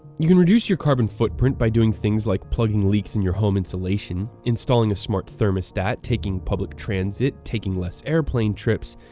you can reduce your carbon footprint by doing things like plugging leaks in your home insulation, installing a smart thermostat, taking public transit, taking less airplane trips,